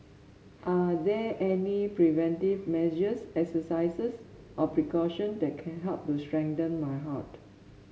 are there any preventive measures exercises or precaution that can help to strengthen my heart